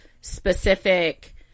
specific